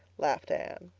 laughed anne.